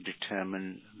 determine